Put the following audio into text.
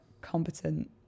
competent